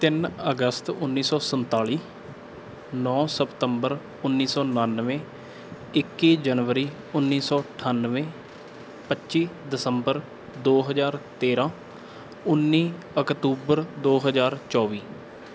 ਤਿੰਨ ਅਗਸਤ ਉੱਨੀ ਸੌ ਸੰਤਾਲੀ ਨੌਂ ਸਪਤੰਬਰ ਉੱਨੀ ਸੌ ਉਨਾਣਵੇਂ ਇੱਕੀ ਜਨਵਰੀ ਉੱਨੀ ਸੌ ਅਠਾਨਵੇਂ ਪੱਚੀ ਦਸੰਬਰ ਦੋ ਹਜ਼ਾਰ ਤੇਰ੍ਹਾਂ ਉੱਨੀ ਅਕਤੂਬਰ ਦੋ ਹਜ਼ਾਰ ਚੌਵੀ